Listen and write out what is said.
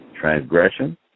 transgression